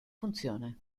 funzione